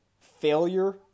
Failure